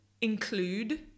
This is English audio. include